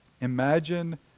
Imagine